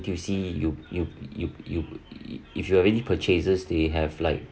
N_T_U_C you you you you if you are already purchases they have like